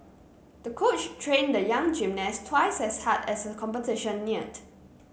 the coach trained the young gymnast twice as hard as the competition neared